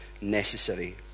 necessary